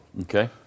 okay